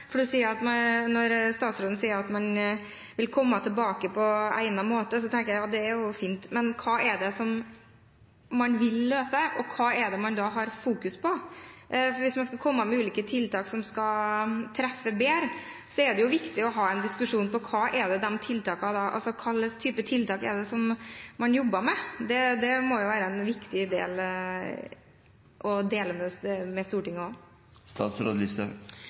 For når statsråden sier at man vil komme tilbake «på egnet måte», så tenker jeg at det er jo fint, men hva er det man vil løse, og hva er det man da fokuserer på? For hvis man skal komme med ulike tiltak som skal treffe bedre, er det jo viktig å ha en diskusjon om hva slags type tiltak man jobber med. Det må jo være noe som er viktig å dele med Stortinget også. Det